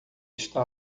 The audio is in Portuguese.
está